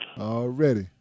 Already